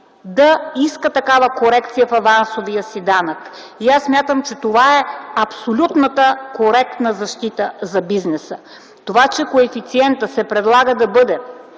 да иска такава корекция в авансовия си данък. Смятам, че това е абсолютната коректна защита за бизнеса. Това че коефициентът се предлага да бъде